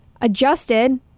adjusted